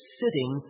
sitting